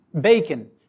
bacon